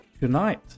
tonight